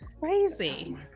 Crazy